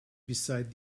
beside